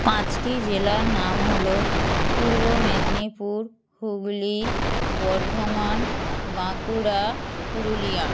পাঁচটি জেলার নাম হল পূর্ব মেদিনীপুর হুগলী বর্ধমান বাঁকুড়া পুরুলিয়া